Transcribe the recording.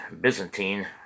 Byzantine